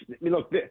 look